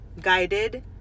guided